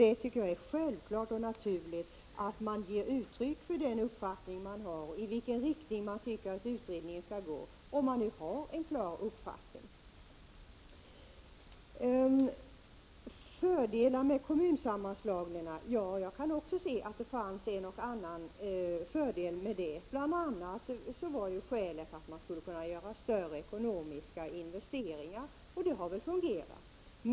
Jag tycker att det är självklart och naturligt att man ger uttryck för den uppfattning man har, i vilken riktning man tycker utredningen skall gå, om man nu har en klar uppfattning. Ulla Pettersson nämner att det fanns fördelar med kommunsammanslagning. Jag kan också se att det fanns en och annan fördel med det. Bl.a. var skälet att man skulle kunna göra större ekonomiska investeringar. Det har väl fungerat.